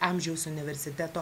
amžiaus universiteto